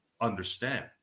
understand